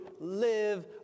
live